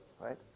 right